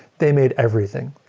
they made everything.